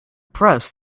press